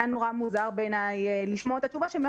לכן היה מוזר מאוד בעיניי לשמוע את התשובה "כן,